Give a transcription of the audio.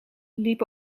liep